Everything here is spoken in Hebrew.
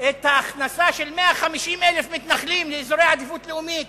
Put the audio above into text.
את ההצדקה של ההכנסה של 150,000 מתנחלים לאזורי עדיפות לאומית